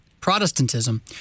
Protestantism